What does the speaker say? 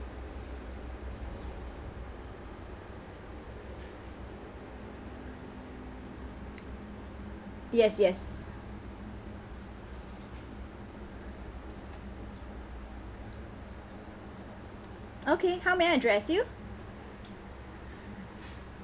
yes yes okay how may I address you